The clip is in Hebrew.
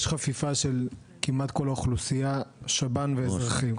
יש חפיפה כמעט של כל האוכלוסייה שב"ן ואזרחים.